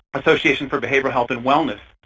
association for behavioral health and wellness,